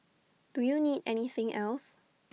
do you need anything else